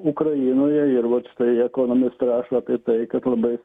ukrainoje ir vat štai ekonomistai rašo apie tai kad labai